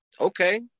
okay